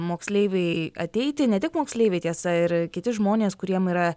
moksleiviai ateiti ne tik moksleiviai tiesa ir kiti žmonės kuriem yra